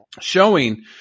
showing